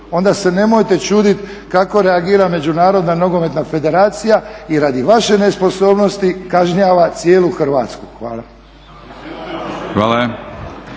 Onda se nemojte čuditi kako reagira Međunarodna nogometna federacija i radi vaše nesposobnosti kažnjava cijelu Hrvatsku. Hvala.